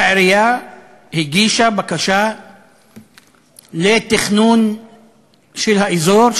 אף שהעירייה הגישה בקשה לתכנון של האזור,